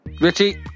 Richie